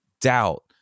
doubt